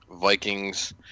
Vikings